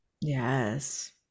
yes